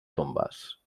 tombes